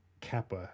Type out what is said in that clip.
Kappa